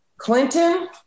Clinton